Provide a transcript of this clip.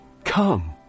Come